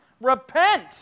Repent